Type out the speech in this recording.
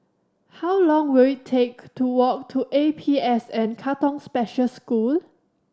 how long will it take to walk to A P S N Katong Special School